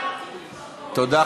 תודה.